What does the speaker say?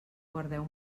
guardeu